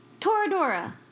Toradora